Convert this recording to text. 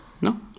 No